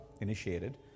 initiated